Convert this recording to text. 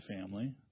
family